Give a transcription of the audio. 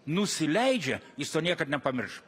nusileidžia jis to niekad nepamirš